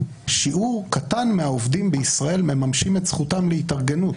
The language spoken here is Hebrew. ששיעור קטן מהעובדים בישראל מממשים את זכותם להתארגנות.